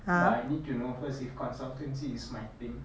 but I need to know first if consultancy is my thing